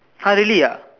!huh! really ah